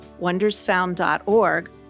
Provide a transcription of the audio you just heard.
wondersfound.org